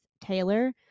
Taylor